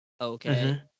okay